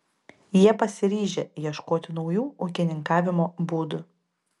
jie pasiryžę ieškoti naujų ūkininkavimo būdų